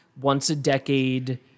once-a-decade